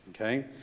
okay